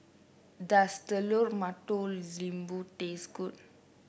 does Telur Mata Lembu taste good